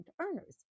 earners